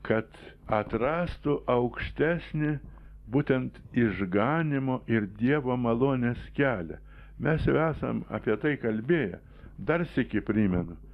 kad atrastų aukštesnį būtent išganymo ir dievo malonės kelią mes jau esam apie tai kalbėję dar sykį primenu